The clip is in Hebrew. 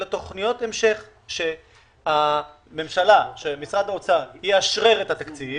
אלא תוכניות המשך שמשרד האוצר יאשרר את התקציב